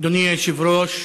אדוני היושב-ראש,